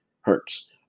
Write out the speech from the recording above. Hurts